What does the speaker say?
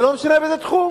ולא משנה באיזה תחום.